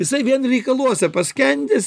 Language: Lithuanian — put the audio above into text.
jisai vien reikaluose paskendęs